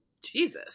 Jesus